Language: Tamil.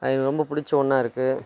எனக்கு ரொம்ப பிடிச்ச ஒன்றா இருக்குது